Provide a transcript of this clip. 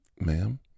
ma'am